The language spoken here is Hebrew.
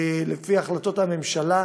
לפי החלטות הממשלה,